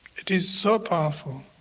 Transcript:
it is so powerful